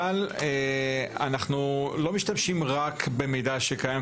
אבל אנחנו לא משתמשים רק במידע שקיים,